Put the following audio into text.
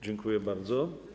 Dziękuję bardzo.